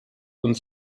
und